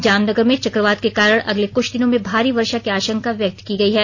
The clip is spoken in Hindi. जामनगर में चक्रवात के कारण अगले कुछ दिनों में भारी वर्षा की आशंका व्यक्त की गई है